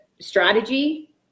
strategy